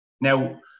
Now